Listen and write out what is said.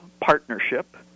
partnership